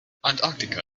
antarktika